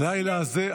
הלילה הזה,